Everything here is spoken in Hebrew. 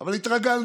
אבל כבר התרגלנו.